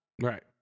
Right